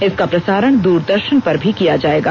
इसका प्रसारण दूरदर्शन पर भी किया जायेगा